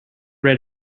read